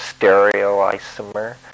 stereoisomer